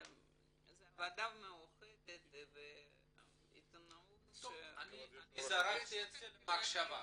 זו עבודה מיוחדת ועיתונאות ש- -- זרקתי את זה כמחשבה.